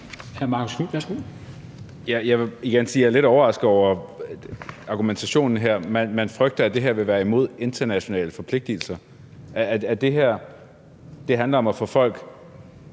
jeg er lidt overrasket over argumentationen her. Man frygter, at det her vil være imod internationale forpligtelser. Det her handler om at få folk